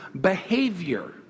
behavior